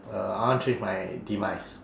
uh I want change my demise